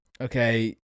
okay